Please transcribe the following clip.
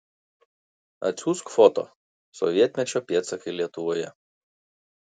atsiųsk foto sovietmečio pėdsakai lietuvoje